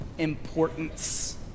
importance